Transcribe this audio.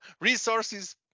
resources